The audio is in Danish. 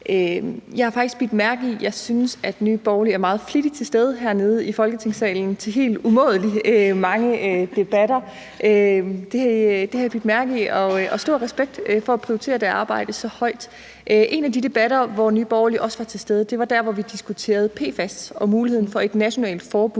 Jeg har faktisk bidt mærke i, at jeg synes, at Nye Borgerlige er meget flittigt til stede hernede i Folketingssalen til helt umådelig mange debatter. Det har jeg bidt mærke i, og stor respekt for at prioritere det arbejde så højt. En af de debatter, hvor Nye Borgerlige også var til stede, var den, hvor vi diskuterede PFAS og muligheden for et nationalt forbud